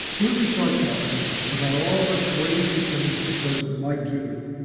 when we start talking about all the crazy things the president might do,